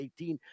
2018